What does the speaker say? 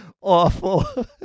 Awful